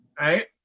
right